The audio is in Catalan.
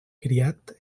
criat